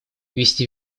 вести